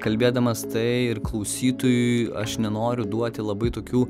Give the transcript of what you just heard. kalbėdamas tai ir klausytojui aš nenoriu duoti labai tokių